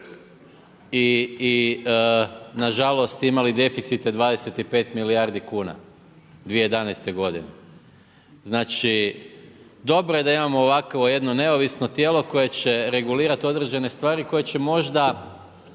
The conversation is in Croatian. i nažalost imali deficite 25 milijardi kuna 2011. godine. Znači dobro je da imamo ovakvo jedno neovisno tijelo koje će regulirati određene stvari koje će možda